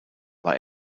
war